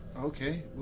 Okay